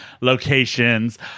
locations